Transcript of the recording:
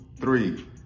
three